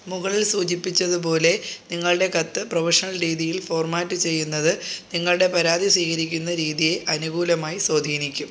മുകളിൽ സൂചിപ്പിച്ചതുപോലെ നിങ്ങളുടെ കത്ത് പ്രൊഫഷണൽ രീതിയിൽ ഫോർമാറ്റ് ചെയ്യുന്നത് നിങ്ങളുടെ പരാതി സ്വീകരിക്കുന്ന രീതിയെ അനുകൂലമായി സ്വാധീനിക്കും